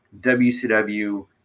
wcw